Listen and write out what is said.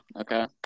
Okay